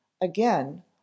again